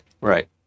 right